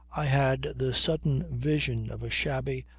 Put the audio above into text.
i had the sudden vision of a shabby,